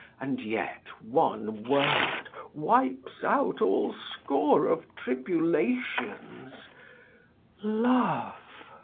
and yet one word wipes out all score of tribulations love.